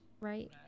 right